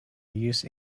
use